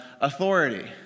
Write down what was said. authority